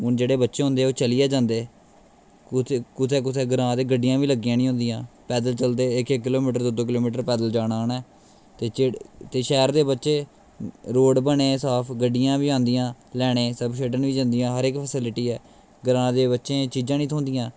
हून जेह्ड़े बच्चे होंदे ओह् चलियै जंदे कुसै कुसै कुसै ग्रांऽ ते गड्डियां बी लग्गी दियां निं होंदियां पैदल चलदे इक इक किलोमीटर दो दो किलोमीटर पैदल जाना उ'नें ते जेह्ड़ ते शैह्र दे बच्चे रोड बने दे साफ गड्डियां बी औंदियां लैने गी सब्भ छड्डन बी जंदियां हर इक फेस्लिटी ऐ ग्रांऽ दे बच्चें गी एह् चीजां निं थ्होंदियां